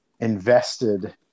invested